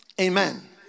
Amen